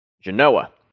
Genoa